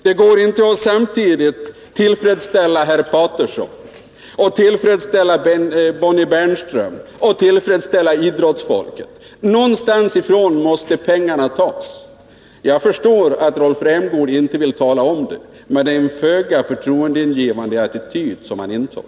Det går inte att samtidigt tillfredsställa herr Paterson, Bonnie Bernström och idrottsfolket. Någonstans måste pengarna tas. Jag förstår att Rolf Rämgård inte vill tala om varifrån, men det är en föga förtroendeingivande attityd han intar.